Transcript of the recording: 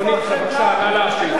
אדוני, בבקשה, נא להשיב.